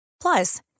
Plus